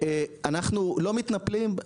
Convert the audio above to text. אנחנו לא מתנפלים.